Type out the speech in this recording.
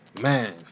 Man